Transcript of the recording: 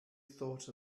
thought